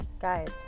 guys